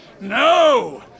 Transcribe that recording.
no